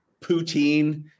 poutine